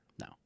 No